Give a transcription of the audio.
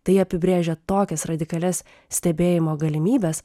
tai apibrėžia tokias radikalias stebėjimo galimybes